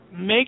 make